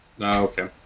okay